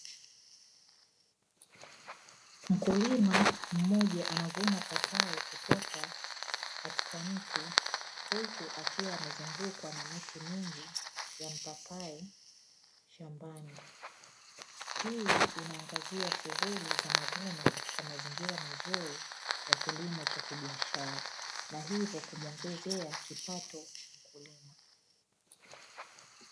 Mkulima mmoja anavuna mapapai kutoka juu ya miti ya mipapai, huku akiwa amezungukwa na miti mingi ya mipapai shambani. Hii inaangazia shughuli ya mavuno katika mazingira mazuri ya kilimo cha biashara na hivyo kumuongezea kipato.